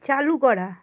চালু করা